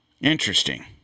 Interesting